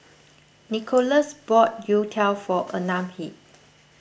Nickolas bought Youtiao for Anahi